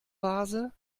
vase